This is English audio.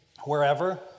wherever